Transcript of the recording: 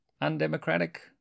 undemocratic